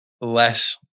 less